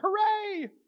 Hooray